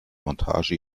montage